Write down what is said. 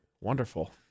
Wonderful